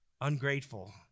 Ungrateful